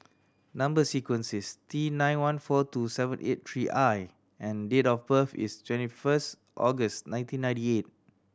number sequence is T nine one four two seven eight three I and date of birth is twenty first August nineteen ninety eight